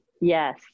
Yes